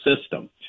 system